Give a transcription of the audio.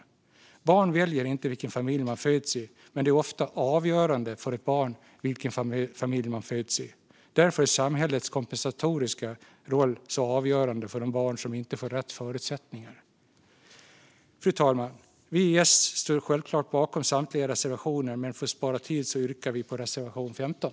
Ett barn väljer inte vilken familj det föds i, men det är ofta avgörande för ett barn vilken familj det föds i. Därför är samhällets kompensatoriska roll avgörande för de barn som inte får rätt förutsättningar. Fru talman! Vi i S står självklart bakom samtliga våra reservationer, men för att spara tid yrkar jag bifall endast till reservation 15.